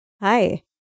Hi